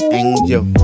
angel